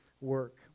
work